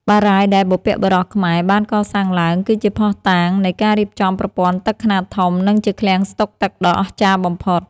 បារាយណ៍ដែលបុព្វបុរសខ្មែរបានកសាងឡើងគឺជាភស្តុតាងនៃការរៀបចំប្រព័ន្ធទឹកខ្នាតធំ និងជាឃ្លាំងស្តុកទឹកដ៏អស្ចារ្យបំផុត។